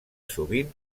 sovint